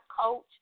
coach